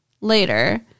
later